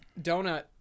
donut